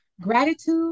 Gratitude